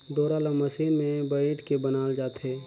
डोरा ल मसीन मे बइट के बनाल जाथे